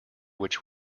which